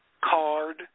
card